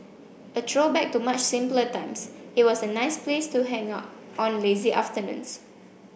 a throwback to much simpler times it was a nice place to hang out on lazy afternoons